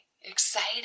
excited